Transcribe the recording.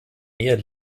meer